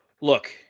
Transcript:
Look